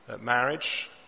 Marriage